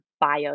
bio